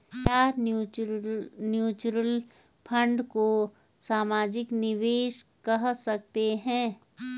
क्या mutual fund को सामूहिक निवेश कह सकते हैं?